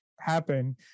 happen